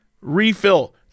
refill